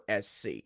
SC